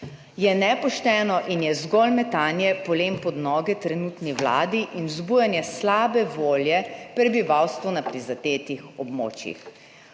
je nepošteno in je zgolj metanje polen pod noge trenutni vladi in vzbujanje slabe volje prebivalstvu na prizadetih območjih.